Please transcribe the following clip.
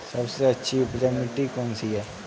सबसे अच्छी उपजाऊ मिट्टी कौन सी है?